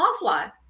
offline